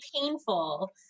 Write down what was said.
painful